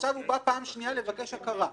עכשיו הוא בא בפעם השנייה לבקש הכרה.